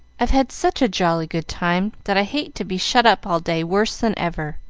i've had such a jolly good time, that i hate to be shut up all day worse than ever.